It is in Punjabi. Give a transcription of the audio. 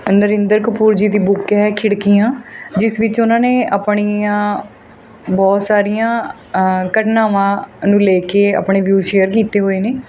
ਨਰਿੰਦਰ ਕਪੂਰ ਜੀ ਦੀ ਬੁੱਕ ਹੈ ਖਿੜਕੀਆਂ ਜਿਸ ਵਿੱਚ ਉਹਨਾਂ ਨੇ ਆਪਣੀਆਂ ਬਹੁਤ ਸਾਰੀਆਂ ਘਟਨਾਵਾਂ ਨੂੰ ਲੈ ਕੇ ਆਪਣੇ ਵਿਊਜ਼ ਸ਼ੇਅਰ ਕੀਤੇ ਹੋਏ ਨੇ